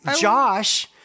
Josh